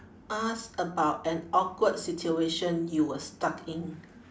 us about an awkward situation you were stuck in